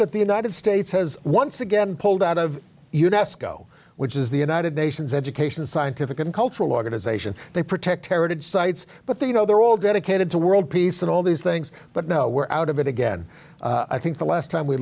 that the united states has once again pulled out of unesco which is the united nations education scientific and cultural organization they protect heritage sites but they you know they're all dedicated to world peace and all these things but no we're out of it again i think the last time we